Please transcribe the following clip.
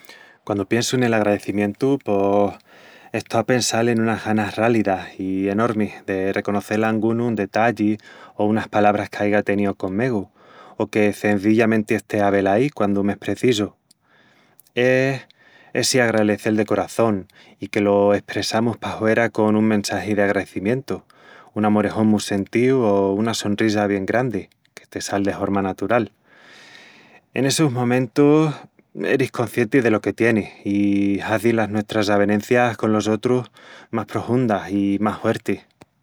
Quandu piensu nel agraecimientu pos estó a pensal en unas ganas rálidas i enormis de reconocel a angunu un detalli o unas palabras qu'aiga teníu con megu, o que cenzillamenti estea velaí quandu m'es precisu. Es essi agralecel de coraçón", i que lo espressamus pahuera con un messagi d'agraecimientu, un amorejón mu sentíu o una sonrisa bien grandi que te sal de horma natural. En essus momentus eris coscienti delo que tienis i hazi las nuestras avenencias con los otrus más prohundas i más huertis.